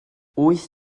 wyth